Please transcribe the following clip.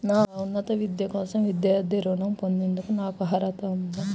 నా ఉన్నత విద్య కోసం విద్యార్థి రుణం పొందేందుకు నాకు అర్హత ఉందా?